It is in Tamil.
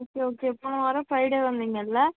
ஓகே ஓகே போன வாரம் ஃப்ரைடே வந்திங்கள்ல